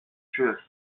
truth